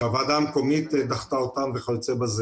שהוועדה המקומית דחתה אותם וכיו"ב.